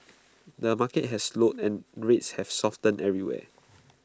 the market has slowed and rates have softened everywhere